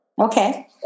Okay